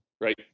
right